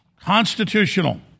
constitutional